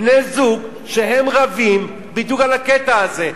בני-זוג שרבים בדיוק על הקטע הזה.